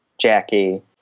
Jackie